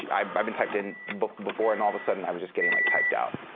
yeah i've i've been typed in but before. and all of a sudden, i was just getting like typed out.